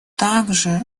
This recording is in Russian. также